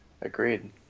Agreed